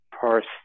parse